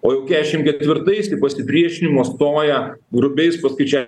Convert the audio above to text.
o jau kesšim ketvirtais į pasipriešinimą stoja grubiais paskaič